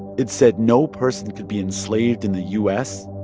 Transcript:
it said no person could be enslaved in the u s.